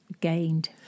gained